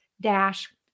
dash